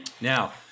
Now